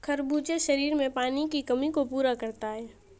खरबूजा शरीर में पानी की कमी को पूरा करता है